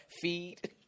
feed